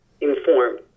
informed